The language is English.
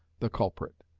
the culprit.